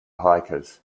hikers